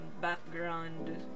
background